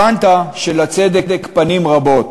הבנת שלצדק פנים רבות.